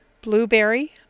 Blueberry